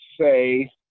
say